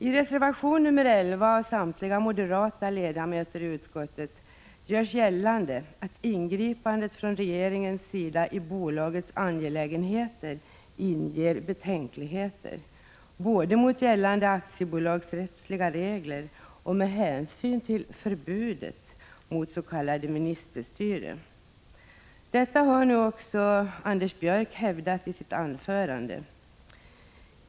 I reservation nr 11 av samtliga moderata ledamöter i utskottet görs gällande att ingripandet från regeringens sida i bolagets angelägenheter inger betänkligheter, både mot gällande aktiebolagsrättsliga regler och med hänsyn till förbudet mot s.k. ministerstyre. Detta har nu också Anders Björck hävdat i sitt anförande.